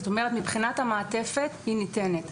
זאת אומרת, מבחינת המעטפת היא ניתנת.